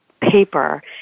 paper